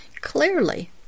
clearly